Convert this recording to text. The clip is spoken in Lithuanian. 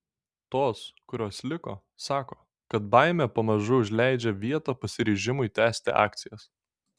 tos kurios liko sako kad baimė pamažu užleidžia vietą pasiryžimui tęsti akcijas